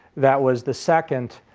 that was the second